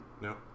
No